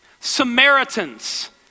Samaritans